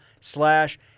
slash